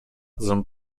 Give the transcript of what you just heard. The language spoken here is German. sind